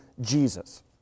jesus